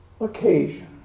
occasion